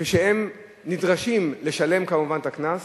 כשהם נדרשים לשלם כמובן את הקנס,